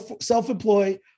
self-employed